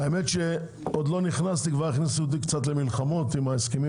האמת שעוד לא נכנסתי וכבר הכניסו אותי קצת למלחמות עם ההסכמים